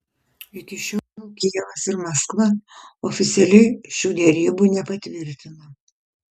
iki šiol kijevas ir maskva oficialiai šių derybų nepatvirtina